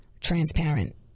transparent